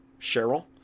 cheryl